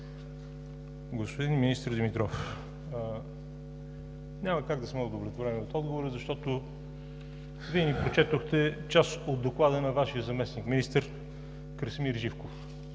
Господин министър Димитров, няма как да сме удовлетворени от отговора, защото Вие ни прочетохте част от доклада на Вашия заместник-министър Красимир Живков.